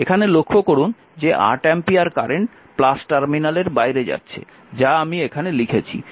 এখানে লক্ষ্য করুন যে 8 অ্যাম্পিয়ার কারেন্ট টার্মিনালের বাইরে যাচ্ছে যা আমি এখানে লিখেছি